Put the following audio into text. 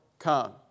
come